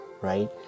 right